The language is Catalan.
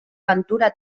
ventura